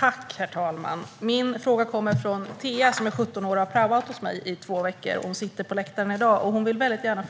Herr talman! Min fråga kommer från Tea, som är 17 år. Hon har praoat hos mig i två veckor och sitter på läktaren i dag. Frågan